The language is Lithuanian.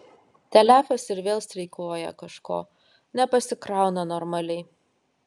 telefas ir vėl streikuoja kažko nepasikrauna normaliai